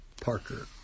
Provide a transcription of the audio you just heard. Parker